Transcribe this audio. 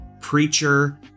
Preacher